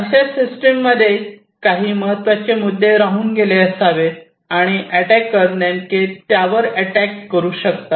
अशाच सिस्टीम मध्ये काही महत्त्वाचे मुद्दे राहून गेले असावेत आणि अटॅकर नेमके त्यावर अटॅक करू शकतात